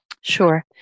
sure